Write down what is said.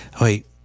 Wait